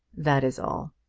that is all.